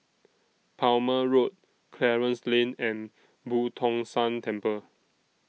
Palmer Road Clarence Lane and Boo Tong San Temple